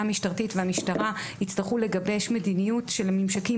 המשטרתית והמשטרה יצטרכו לגבש מדיניות של הממשקים